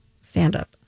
stand-up